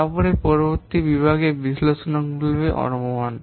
তারপরে পরবর্তী বিভাগটি বিশ্লেষণমূলক অনুমান